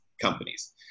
companies